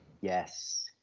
Yes